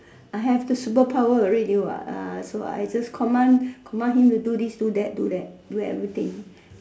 I have the superpower already what ah so I just command command him to do this do that do everything